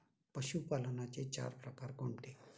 पशुपालनाचे चार प्रकार कोणते?